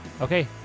Okay